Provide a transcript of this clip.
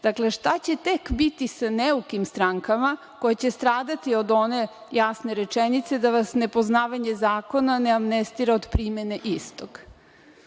dobro. Šta će tek biti sa neukim strankama koje će stradati od one jasne rečenice da vas nepoznavanje zakona ne amnestira od primene